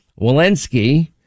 Walensky